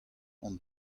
hon